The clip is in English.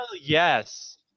yes